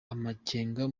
amakenga